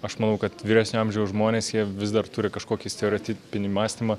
aš manau kad vyresnio amžiaus žmonės jie vis dar turi kažkokį stereotipinį mąstymą